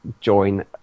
join